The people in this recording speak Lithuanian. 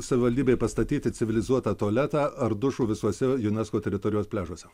savivaldybei pastatyti civilizuotą tualetą ar dušų visuose unesco teritorijos pliažuose